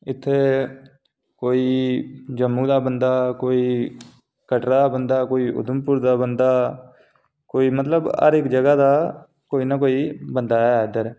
इत्थै कोई जम्मू दा बंदा कोई कटरै दा बंदा कोई उधमपुर दा बंदा कोई मतलब हर इक जगह् दा कोई न कोई बंदा ऐ इद्धर